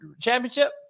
championship